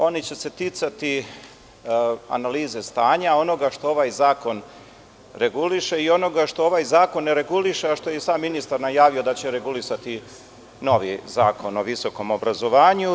Ona će se ticati analize stanja, onoga što ovaj zakon reguliše i onoga što ovaj zakon ne reguliše, a što je i sam ministar najavio da će regulisati novi zakon o visokom obrazovanju.